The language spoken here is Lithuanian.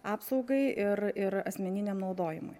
apsaugai ir ir asmeniniam naudojimui